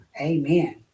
amen